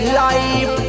life